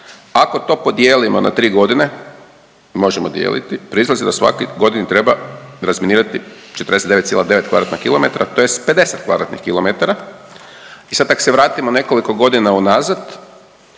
Ako to podijelimo na tri godine, možemo dijeliti, proizlazi da svake godine treba razminirati 49,9 kvadratna kilometra, tj. 50 kvadratnih kilometara. I sad ako se vratimo nekoliko godina unazad,